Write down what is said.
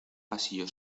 pasillo